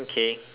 okay